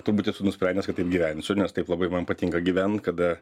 turbūt esu nusprendęs kad taip gyvensiu nes taip labai man patinka gyvent kada